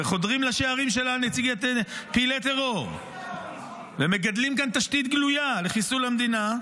חודרים לשערים שלה פעילי טרור ומגדלים כאן תשתית גלויה לחיסול המדינה,